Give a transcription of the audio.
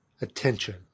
attention